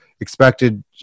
expected